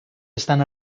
estan